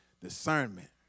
discernment